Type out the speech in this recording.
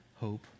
hope